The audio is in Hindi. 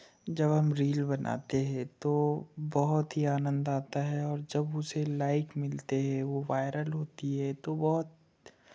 जब हम रील बनाते हैं तो बहुत ही आनंद आता है और जब उसे लाइक मिलते हैं वो वायरल होती है तो बहुत